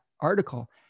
article